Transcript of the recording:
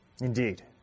Indeed